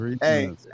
hey